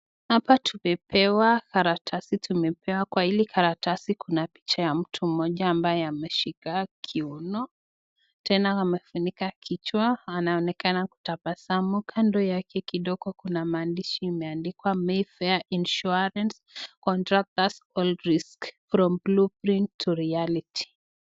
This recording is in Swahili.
Hapa tumepewa karatasi. Tumepewa kwa hili karatasi kuna picha ya mtu mmoja ambaye ameshika kiuno. Tena amefunika kichwa, anaonekana kutabasamu. Kando yake kidogo kuna maandishi imeandikwa Mayfair Insurance Contact us All Risk From blueprint to reality .